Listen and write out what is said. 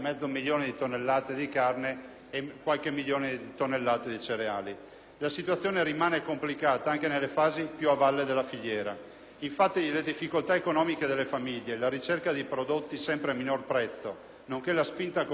La situazione rimane complicata anche nelle fasi più a valle della filiera. Infatti le difficoltà economiche delle famiglie, la ricerca di prodotti sempre a minor prezzo, nonché la spinta competitiva della distribuzione moderna